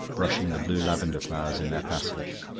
brushing the blue lavender flowers in their passage.